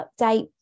update